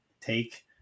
take